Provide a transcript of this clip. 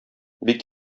бик